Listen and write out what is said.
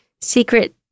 secret